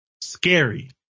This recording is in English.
Scary